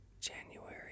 January